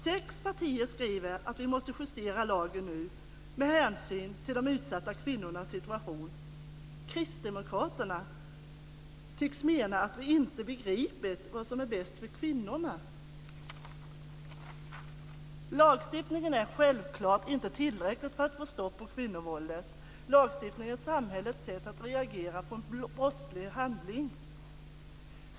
Sex partier skriver att lagen måste justeras med hänsyn till de utsatta kvinnornas situation. Kristdemokraterna tycks mena att vi inte har begripit vad som är bäst för kvinnorna. Lagstiftningen är självklart inte tillräcklig för att få stopp på kvinnovåldet. Lagstiftningen är samhällets sätt att reagera på en brottslig handling.